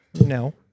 No